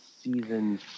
season